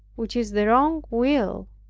which is the wrong will,